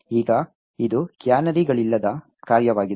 ಈಗ ಇದು ಕ್ಯಾನರಿಗಳಿಲ್ಲದ ಕಾರ್ಯವಾಗಿದೆ